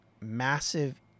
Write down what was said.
massive